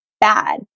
bad